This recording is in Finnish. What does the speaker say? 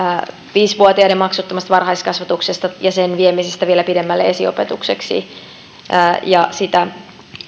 viisi vuotiaiden maksuttomasta varhaiskasvatuksesta ja sen viemisestä vielä pidemmälle esiopetukseksi sitä